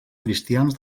cristians